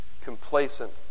complacent